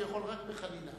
הוא יכול רק בחנינה.